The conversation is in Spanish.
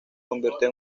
convirtió